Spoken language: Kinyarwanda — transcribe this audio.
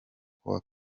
kuwa